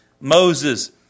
Moses